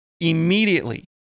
immediately